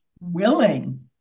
willing